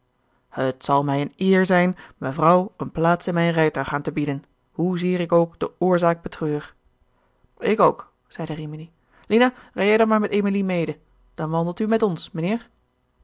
het zal mij een eer zijn mevrouw eene plaats in mijn rijtuig aan te bieden hoezeer ik ook de oorzaak betreur ik ook zeide rimini lina rijd jij dan maar met emilie mede dan wandelt u met ons mijnheer